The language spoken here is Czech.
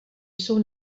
jsou